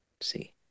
see